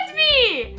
me?